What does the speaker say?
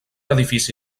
edifici